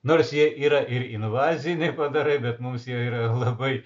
nors jie yra ir invaziniai padarai bet mums jie yra labai